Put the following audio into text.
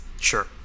Sure